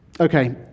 Okay